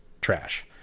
trash